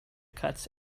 cuts